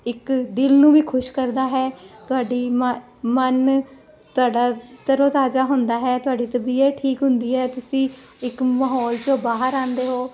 ਇੱਕ ਦਿਲ ਨੂੰ ਵੀ ਖੁਸ਼ ਕਰਦਾ ਹੈ ਤੁਹਾਡੀ ਮਨ ਤੁਹਾਡਾ ਤਰੋ ਤਾਜਾ ਹੁੰਦਾ ਹੈ ਤੁਹਾਡੀ ਤਬੀਅਤ ਠੀਕ ਹੁੰਦੀ ਹੈ ਤੁਸੀਂ ਇੱਕ ਮਾਹੌਲ ਚੋਂ ਬਾਹਰ ਆਉਂਦੇ ਹੋ